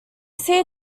see